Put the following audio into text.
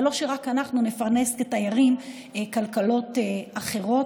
ולא רק שאנחנו נפרנס כתיירים כלכלות אחרות.